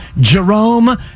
Jerome